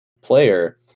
player